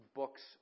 books